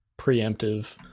preemptive